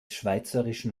schweizerischen